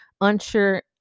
unsure